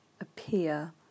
appear